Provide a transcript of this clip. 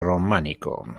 románico